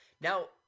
Now